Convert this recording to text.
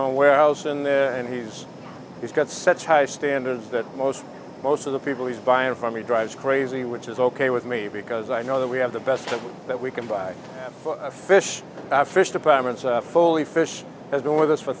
own warehouse in there and he's he's got such high standards that most most of the people he's buying from he drives crazy which is ok with me because i know that we have the best that we can buy fish i fish departments fully fish has been with us for